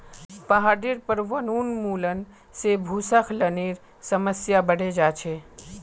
पहाडेर पर वनोन्मूलन से भूस्खलनेर समस्या बढ़े जा छे